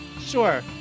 Sure